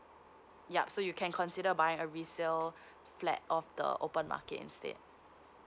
yup so you can consider buy a resale flat of the open market instead